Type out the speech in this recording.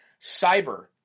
cyber